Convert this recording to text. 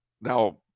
Now